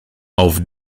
auf